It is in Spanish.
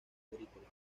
agrícola